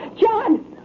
John